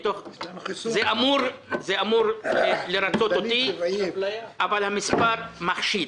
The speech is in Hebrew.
זה אמור לרצות אותי אבל המספר מחשיד